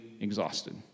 exhausted